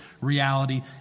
reality